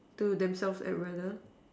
to themselves I'd rather